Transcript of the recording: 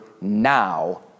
now